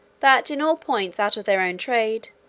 that in all points out of their own trade,